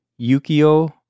Yukio